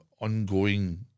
ongoing